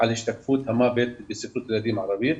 על השתקפות המוות בספרות ילדים ערבית.